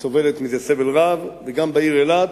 שסובלת מזה סבל רב, וגם בעיר אילת,